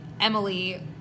Emily